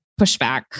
pushback